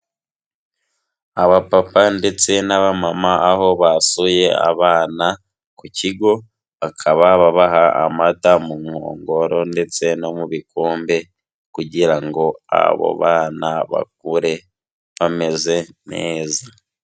Abapapa ndetse n'abamama aho basuye abana ku kigo, bakaba babaha amata mu nkongoro ndetse no mu bikombe kugira ngo abo bana bakure bameze neza.